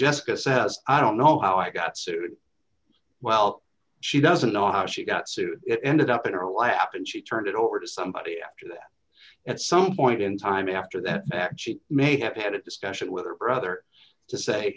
jessica says i don't know how i got sued well she doesn't know how she got sued it ended up in her lap and she turned it over to somebody after that at some point in time after that actually may have had a discussion with her brother to say